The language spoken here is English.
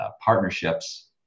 partnerships